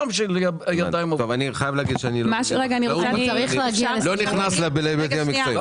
אני לא נכנס להיבטים המקצועיים.